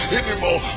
anymore